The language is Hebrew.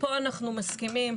פה אנחנו מסכימים.